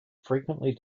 frequently